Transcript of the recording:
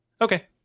Okay